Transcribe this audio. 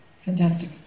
Fantastic